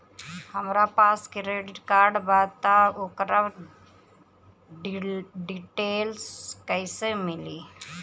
हमरा पास credit card बा त ओकर डिटेल्स कइसे मिली?